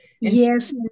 Yes